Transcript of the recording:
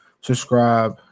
subscribe